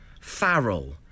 Farrell